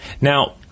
Now